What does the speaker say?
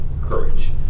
courage